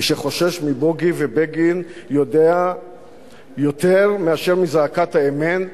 מי שחושש מבוגי ובגין יותר מאשר מזעקת האמת,